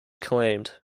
claimed